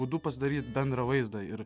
būdu pasidaryt bendrą vaizdą ir